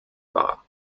war